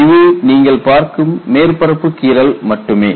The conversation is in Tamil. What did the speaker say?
இது நீங்கள் பார்க்கும் மேற்பரப்பு கீறல் மட்டுமே